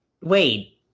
wait